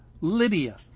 Lydia